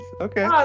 Okay